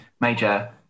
major